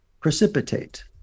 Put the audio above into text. precipitate